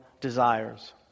desires